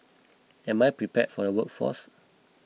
am I prepare for the workforce